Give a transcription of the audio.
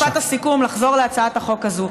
במשפט הסיכום לחזור להצעת החוק הזאת.